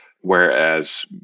whereas